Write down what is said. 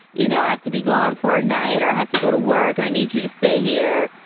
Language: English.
you know, i have to be gone for a night or have to go to work. and i need you to stay here.